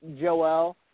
Joel